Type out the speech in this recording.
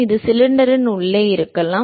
இது சிலிண்டரின் உள்ளே இருக்கலாம்